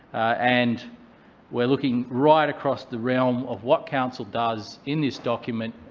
and we're looking right across the realm of what council does in this document,